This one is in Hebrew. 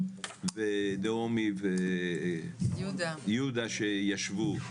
וחנן ונעמי ויהודה שישבו.